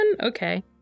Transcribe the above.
Okay